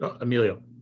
Emilio